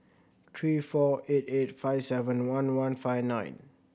three four eight eight five seven one one five nine